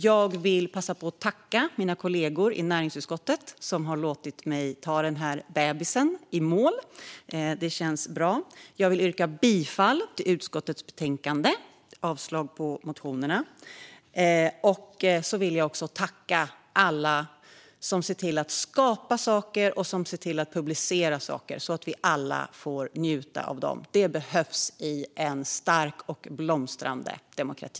Jag vill passa på att tacka mina kollegor i näringsutskottet, som har låtit mig ta den här bebisen i mål. Det känns bra. Jag yrkar bifall till förslaget i utskottets betänkande och avslag på motionerna. Jag vill också tacka alla som ser till att skapa och publicera saker så att vi alla får njuta av dem. Det behövs i en stark och blomstrande demokrati.